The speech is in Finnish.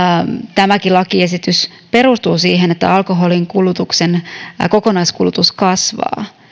tämäkin lakiesitys perustuu siihen että alkoholin kokonaiskulutus kasvaa